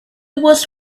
was